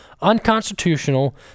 unconstitutional